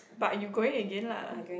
but you going again lah